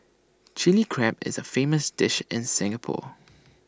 Chilli Crab is A famous dish in Singapore